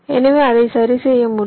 எனவே அதை சரிசெய்ய முடியும்